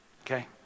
Okay